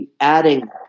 adding